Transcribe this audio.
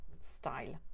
style